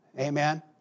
Amen